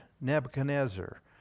Nebuchadnezzar